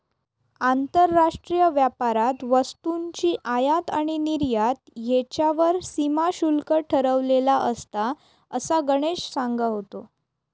आंतरराष्ट्रीय व्यापारात वस्तूंची आयात आणि निर्यात ह्येच्यावर सीमा शुल्क ठरवलेला असता, असा गणेश सांगा होतो